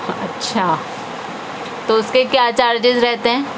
اچھا تو اس کے کیا چارجیز رہتے ہیں